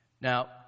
Now